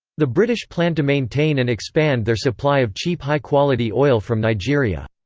the british planned to maintain and expand their supply of cheap high-quality oil from nigeria.